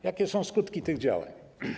Jakie są skutki tych działań?